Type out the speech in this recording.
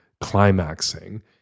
climaxing